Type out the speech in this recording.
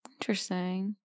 Interesting